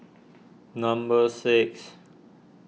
number six